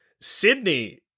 Sydney